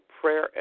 prayer